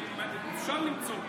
אפשר למצוא,